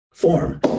form